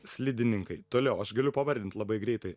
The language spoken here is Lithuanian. slidininkai toliau aš galiu pavardint labai greitai